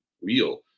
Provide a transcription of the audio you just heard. wheel